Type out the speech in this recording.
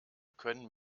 können